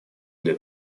для